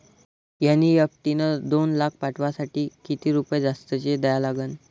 NEFT न दोन लाख पाठवासाठी किती रुपये जास्तचे द्या लागन?